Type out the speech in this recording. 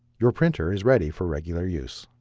your printer is ready for regular use.